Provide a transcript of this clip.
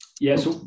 Yes